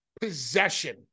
possession